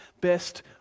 best